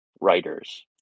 writers